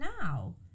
now